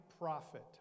prophet